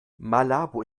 malabo